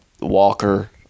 Walker